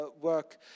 work